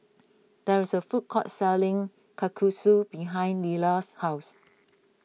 there is a food court selling Kalguksu behind Leyla's house